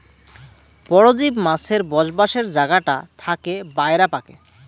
পরজীব মাছের বসবাসের জাগাটা থাকে বায়রা পাকে